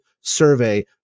survey